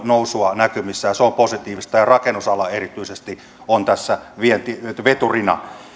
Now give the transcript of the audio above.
nousua näkyvissä ja se on positiivista rakennusala erityisesti on tässä veturina